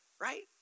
right